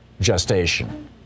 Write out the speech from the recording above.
gestation